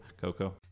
Coco